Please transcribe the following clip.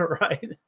right